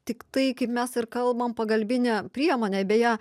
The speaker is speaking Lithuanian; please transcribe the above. tik tai kaip mes ir kalbam pagalbinė priemonė beje